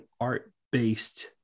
art-based